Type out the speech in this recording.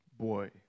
boy